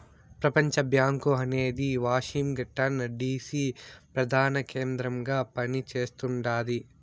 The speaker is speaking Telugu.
ప్రపంచబ్యాంకు అనేది వాషింగ్ టన్ డీసీ ప్రదాన కేంద్రంగా పని చేస్తుండాది